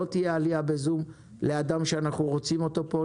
לא תהיה עלייה בזום לאדם שאנחנו רוצים אותו פה,